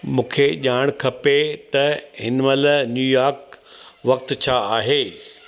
मूंखे ॼाणु खपे त हिनमहिल न्यूयॉर्क वक़्तु छा आहे